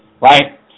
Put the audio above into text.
right